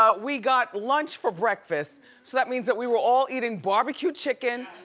ah we got lunch for breakfast, so that means that we were all eating barbecued chicken,